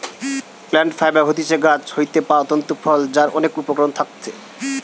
plant fibre হতিছে গাছ হইতে পাওয়া তন্তু ফল যার অনেক উপকরণ থাকতিছে